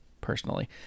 personally